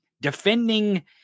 defending